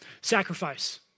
sacrifice